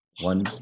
one